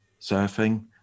surfing